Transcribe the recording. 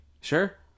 Sure